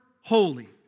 holy